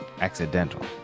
accidental